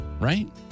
Right